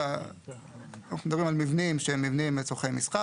אלא אנחנו מדברים על מבנים שהם לצרכי מסחר